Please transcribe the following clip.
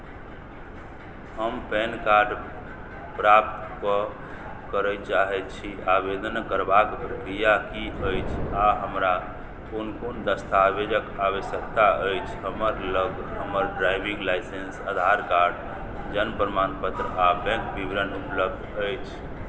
हम PAN card प्राप्त कऽ करय चाहैत छी आवेदन करबाक प्रक्रिया की अछि आ हमरा कोन कोन दस्तावेजक आवश्यकता अछि हमर लग हमर ड्राइविंग लाइसेंस आधार कार्ड जन्म प्रमाणपत्र आ बैंक विवरण उपलब्ध अछि